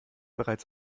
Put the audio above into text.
bereits